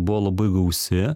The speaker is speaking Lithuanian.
buvo labai gausi